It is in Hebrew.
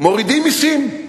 מורידים מסים.